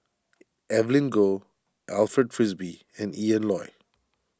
Evelyn Goh Alfred Frisby and Ian Loy